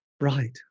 right